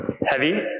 heavy